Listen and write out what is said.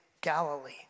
Galilee